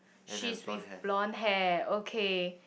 she's with blonde hair okay